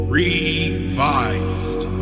revised